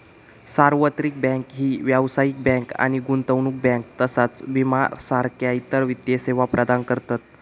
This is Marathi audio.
सार्वत्रिक बँक ही व्यावसायिक बँक आणि गुंतवणूक बँक तसाच विमा सारखा इतर वित्तीय सेवा प्रदान करतत